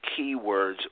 keywords